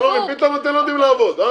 פתאום אתם לא יודעים לעבוד, אה?